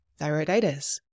thyroiditis